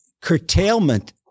curtailment